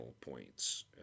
points